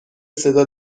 صدا